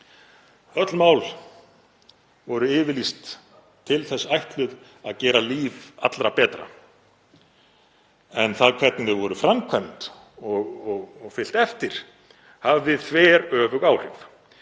Öll mál voru yfirlýst til þess ætluð að gera líf allra betra en það hvernig þau voru framkvæmd og þeim fylgt eftir hafði þveröfug áhrif.